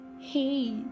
Hey